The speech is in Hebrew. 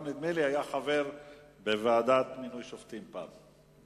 נדמה לי שהוא גם היה חבר בוועדה למינוי שופטים פעם.